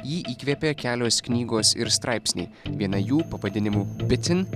jį įkvėpė kelios knygos ir straipsniai viena jų pavadinimu bicin